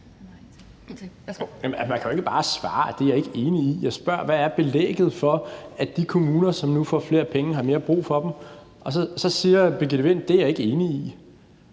man kan jo ikke bare svare: Det er jeg ikke enig i. Jeg spørger, hvad belægget er for, at de kommuner, som nu får flere penge, har mere brug for dem. Og så siger Birgitte Vind: Det er jeg ikke enig i.